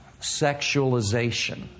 sexualization